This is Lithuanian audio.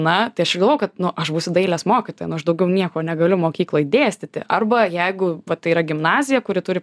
na tai ir aš galvojau kad aš būsiu dailės mokytoja nu aš daugiau nieko negaliu mokykloj dėstyti arba jeigu vat tai yra gimnazija kuri turi